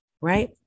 right